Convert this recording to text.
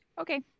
Okay